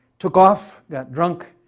took off, got drunk,